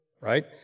right